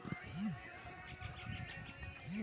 ইউলিয়ল ব্যাংক থ্যাকে ভারতের ইকট পাবলিক সেক্টর ব্যাংক